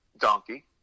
Donkey